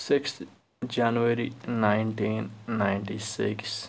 sixth January nineteen ninety six